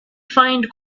find